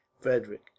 Frederick